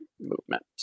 movement